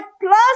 plus